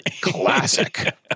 Classic